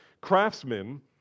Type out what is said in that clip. craftsmen